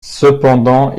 cependant